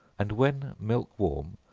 and when milk warm,